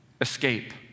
escape